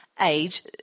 age